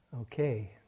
Okay